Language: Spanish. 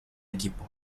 equipo